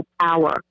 power